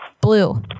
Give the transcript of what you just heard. blue